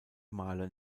male